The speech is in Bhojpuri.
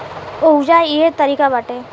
ओहुजा इहे तारिका बाटे